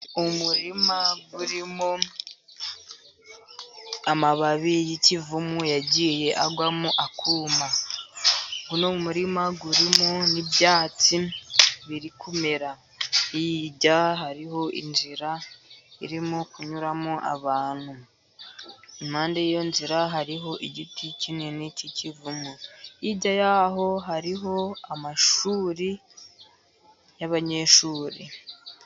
Umurima urimo amababi y'ikivumu yagiye agwamo akuma, uno murima urimo n'ibyatsi biri kumera, hirya hariho inzira irimo kunyuramo abantu, impande y'iyo nzira hariho igiti kinini cy'ikivumu, hirya y'aho hariho amashuri y'abanyeshuri.